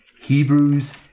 Hebrews